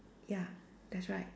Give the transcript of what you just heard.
ya that's right